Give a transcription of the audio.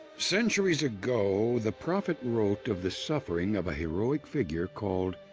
centuries ago, the prophet wrote of the suffering. of a heroic figure called,